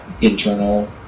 internal